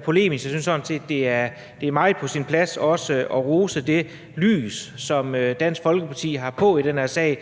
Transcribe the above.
polemisk. Jeg synes sådan set, det er meget på sin plads også at rose Dansk Folkeparti for at have kastet